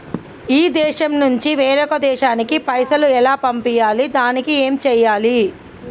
ఈ దేశం నుంచి వేరొక దేశానికి పైసలు ఎలా పంపియ్యాలి? దానికి ఏం చేయాలి?